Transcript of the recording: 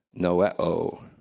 Noeo